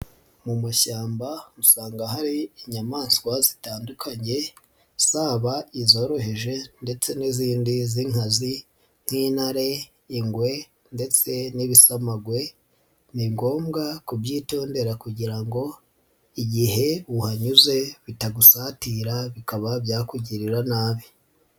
Mu mashyamba usanga hari inyamaswa zitandukanye zaba izoroheje ndetse n'izindi z'inkazi nk'intare, ingwe ndetse n'ibisamagwe. Ni ngombwa kubyitondera kugira ngo igihe uhanyuze bitagusatira bikaba byakugirira nabi.